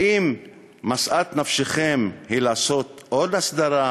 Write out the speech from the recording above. האם משאת נפשכם היא לעשות עוד הסדרה,